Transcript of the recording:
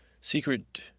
secret